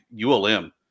ULM